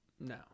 No